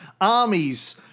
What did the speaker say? armies